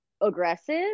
aggressive